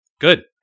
Good